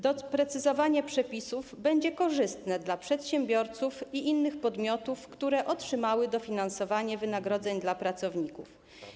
Doprecyzowanie przepisów będzie korzystne dla przedsiębiorców i innych podmiotów, które otrzymały dofinansowanie wynagrodzeń dla pracowników.